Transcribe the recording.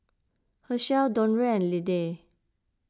Hershell Dondre and Liddie